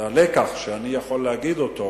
והלקח שאני יכול להגיד אותו,